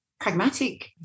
pragmatic